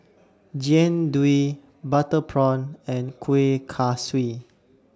Jian Dui Butter Prawn and Kuih Kaswi